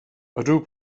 ydw